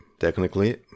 technically